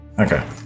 Okay